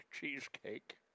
cheesecake